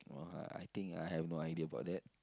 !woah! I I think I have no idea about that